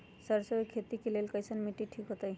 सरसों के खेती के लेल कईसन मिट्टी ठीक हो ताई?